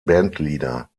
bandleader